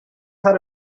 how